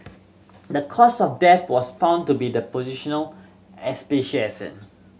the cause of death was found to be the positional